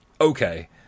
okay